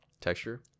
texture